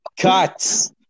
cuts